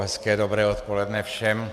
Hezké dobré odpoledne všem.